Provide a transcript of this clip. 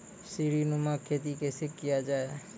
सीडीनुमा खेती कैसे किया जाय?